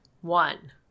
One